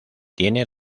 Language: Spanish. tiene